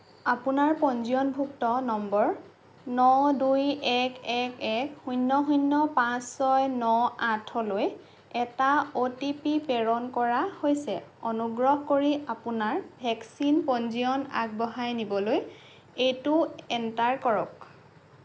আপোনাৰ পঞ্জীয়নভুক্ত নম্বৰ ন দুই এক এক এক শূন্য শূন্য পাঁচ ছয় ন আঠলৈ এটা অ' টি পি প্ৰেৰণ কৰা হৈছে অনুগ্ৰহ কৰি আপোনাৰ ভেকচিন পঞ্জীয়ন আগবঢ়াই নিবলৈ এইটো এণ্টাৰ কৰক